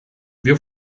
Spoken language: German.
wir